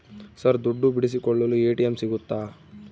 Sir ದುಡ್ಡು ಬಿಡಿಸಿಕೊಳ್ಳಲು ATM ಸಿಗುತ್ತಾ?